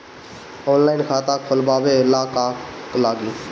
Online खाता खोलबाबे ला का का लागि?